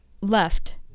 left